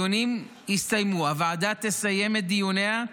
הוועדה תסיים את דיוניה,